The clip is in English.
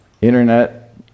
internet